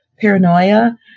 paranoia